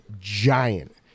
Giant